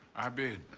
i bid.